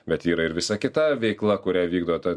bet yra ir visa kita veikla kurią vykdo ta